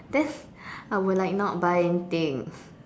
then I would like not buy anything